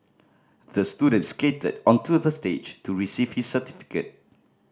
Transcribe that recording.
the student skated onto the stage to receive his certificate